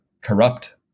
corrupt